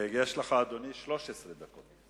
יש לך, אדוני, 13 דקות.